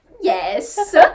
yes